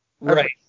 Right